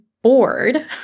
Bored